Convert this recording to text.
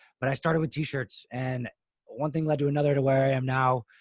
but i started with t-shirts and one thing led to another to where i am now,